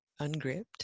ungripped